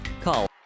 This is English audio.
call